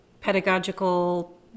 pedagogical